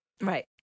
Right